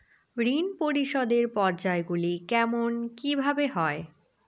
ঋণ পরিশোধের পর্যায়গুলি কেমন কিভাবে হয়?